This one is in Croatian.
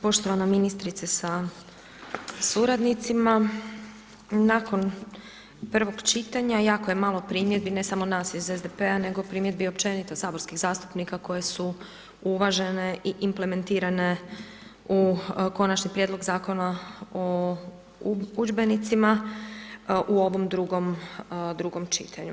Poštovana ministrice sa suradnicima, nakon prvog čitanja, jako je malo primjedbi, ne samo nas iz SDP-a, nego primjedbi općenito saborskih zastupnika koje su uvažene i implementirane u Konačni prijedlog Zakona o udžbenicima u ovom drugom čitanju.